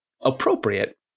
appropriate